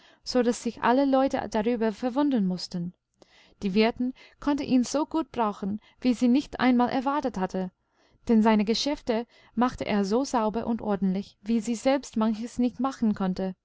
so daß sich alle leute darüber verwundern mußten die wirtin konnte ihn so gut brauchen wie sie nicht einmal erwartet hatte denn seine geschäfte machte er so sauber und ordentlich wie sie selbst manches nicht machen konnte